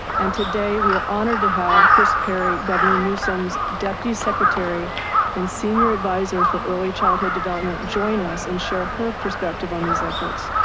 and today we are honored to have kris perry governor newsom's deputy secretary and senior editor visor for early childhood development join us and share her perspective on these efforts.